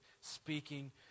speaking